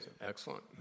Excellent